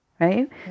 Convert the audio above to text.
right